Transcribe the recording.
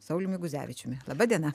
sauliumi guzevičiumi laba diena